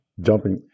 jumping